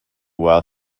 while